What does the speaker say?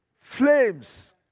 Flames